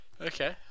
Okay